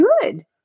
good